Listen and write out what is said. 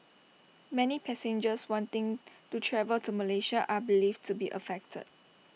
many passengers wanting to travel to Malaysia are believed to be affected